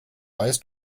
weißt